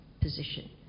position